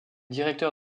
directeur